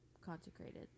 consecrated